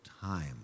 time